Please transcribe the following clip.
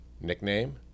nickname